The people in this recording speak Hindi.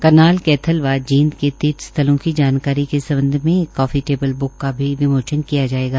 करनाल कैथल व जींद के के तीर्थस्थलों की जानकारी के सम्बध में एक काफी टेबल बुक का भी विमोचन किया जायेगा